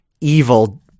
Evil